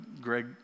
Greg